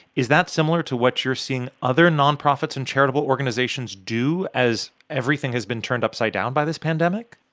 is that similar to what you're seeing other nonprofits and charitable organizations do as everything has been turned upside down by this pandemic?